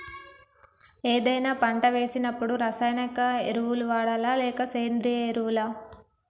ఏదైనా పంట వేసినప్పుడు రసాయనిక ఎరువులు వాడాలా? లేక సేంద్రీయ ఎరవులా?